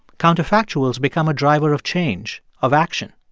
counterfactuals become a driver of change, of action.